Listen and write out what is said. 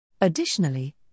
Additionally